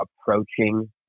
approaching